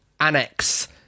annex